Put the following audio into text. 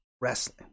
wrestling